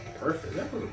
Perfect